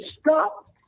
stop